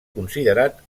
considerat